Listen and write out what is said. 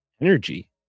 energy